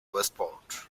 westport